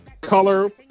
color